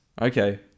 Okay